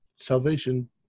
Salvation